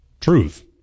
truth